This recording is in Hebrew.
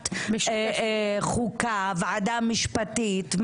לוועדת חוקה, ועדה משפטית?